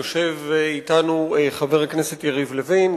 יושב אתנו חבר הכנסת יריב לוין,